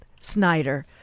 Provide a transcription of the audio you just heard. snyder